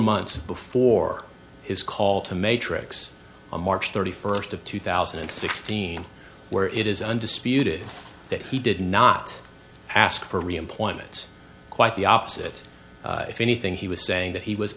months before his call to matrix a march thirty first of two thousand and sixteen where it is undisputed that he did not ask for reemployment quite the opposite if anything he was saying that he was